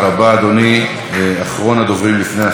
אחרון הדוברים לפני השר קרא שישיב,